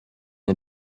nie